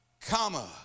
comma